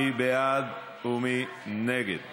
מי בעד ומי נגד?